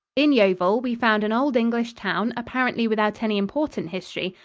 in yeovil, we found an old english town apparently without any important history,